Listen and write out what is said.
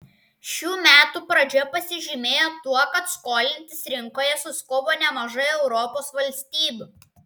šių metų pradžia pasižymėjo tuo kad skolintis rinkoje suskubo nemažai europos valstybių